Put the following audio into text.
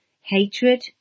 hatred